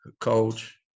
coach